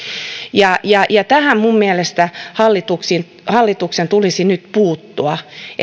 tähän minun mielestäni hallituksen hallituksen tulisi nyt puuttua